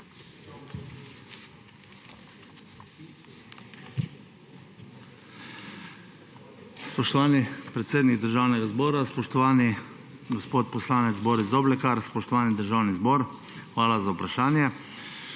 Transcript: Spoštovani predsednik Državnega zbora, spoštovani gospod poslanec Boris Doblekar, spoštovani državni zbor, hvala za vprašanje.